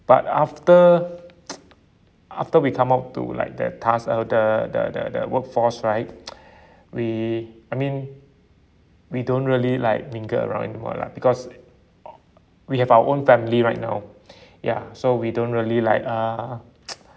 but after after we come out to like the task uh the the the the work force right we I mean we don't really like mingle around in the world lah because uh we have our own family right now ya so we don't really like uh